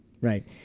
Right